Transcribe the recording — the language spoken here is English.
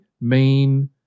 main